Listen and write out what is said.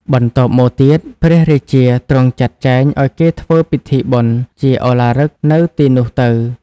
បន្ទប់មកទៀតព្រះរាជាទ្រង់ចាត់ចែងឲ្យគេធ្វើពិធីបុណ្យជាឱឡារិកនៅទីនោះទៅ ។